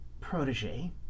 protege